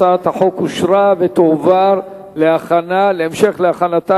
הצעת החוק אושרה ותועבר להמשך הכנתה